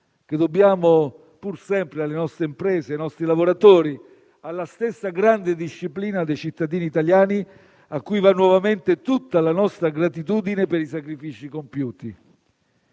che dobbiamo pur sempre alle nostre imprese, ai nostri lavoratori, alla stessa grande disciplina dei cittadini italiani, a cui va nuovamente tutta la nostra gratitudine per i sacrifici compiuti.